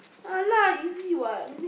ah lah easy what